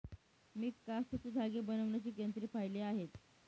मी कापसाचे धागे बनवण्याची यंत्रे पाहिली आहेत